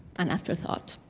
an afterthought.